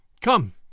Come